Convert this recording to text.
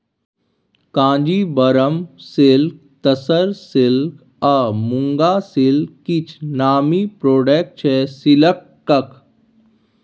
Kanjeevaram silk, tussar silk आ muga silk किछ नामी प्रोडक्ट छै सिल्कक